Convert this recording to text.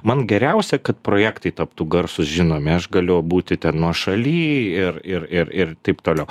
man geriausia kad projektai taptų garsūs žinomi aš galiu būti ten nuošaly ir ir ir ir taip toliau